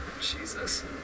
Jesus